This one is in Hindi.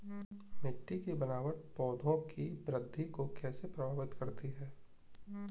मिट्टी की बनावट पौधों की वृद्धि को कैसे प्रभावित करती है?